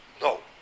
No